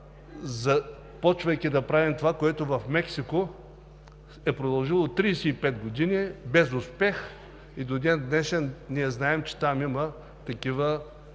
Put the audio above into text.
започвайки да правим това, което в Мексико е продължило 35 години без успех, и до ден днешен ние знаем, че там има такива